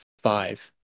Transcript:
five